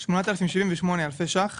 מסוף שנה שהמזומן בגינם משולם רק במהלך השנה הזאת.